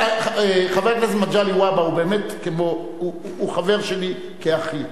חבר הכנסת מגלי והבה הוא באמת, הוא חבר שלי כאחי.